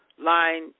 line